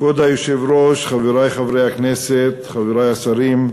כבוד היושב-ראש, חברי חברי הכנסת, חברי השרים,